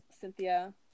Cynthia